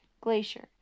Glacier